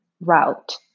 route